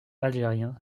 algérien